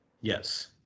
Yes